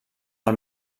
del